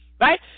right